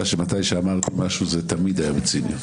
שכשאמרתי משהו זה תמיד היה בציניות.